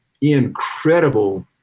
incredible